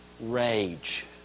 rage